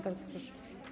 Bardzo proszę.